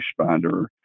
responder